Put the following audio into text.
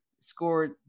scored